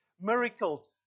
miracles